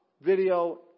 video